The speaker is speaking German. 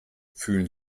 fühlen